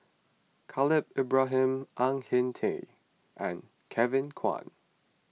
Khalil Ibrahim Ang Hin Kee and Kevin Kwan